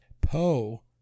Poe